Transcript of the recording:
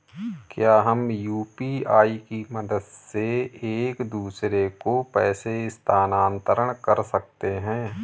क्या हम यू.पी.आई की मदद से एक दूसरे को पैसे स्थानांतरण कर सकते हैं?